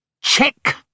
Check